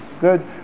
good